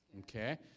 okay